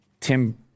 Tim